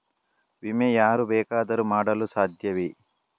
ವಿಮೆ ಯಾರು ಬೇಕಾದರೂ ಮಾಡಲು ಸಾಧ್ಯವೇ?